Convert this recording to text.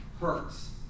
hurts